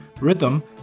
rhythm